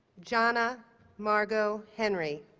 johnna margot henry